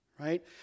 right